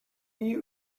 you